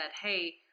hey